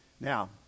Now